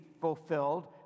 fulfilled